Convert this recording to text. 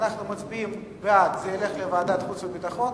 אנחנו מצביעים בעד, זה ילך לוועדת החוץ והביטחון.